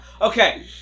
Okay